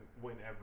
whenever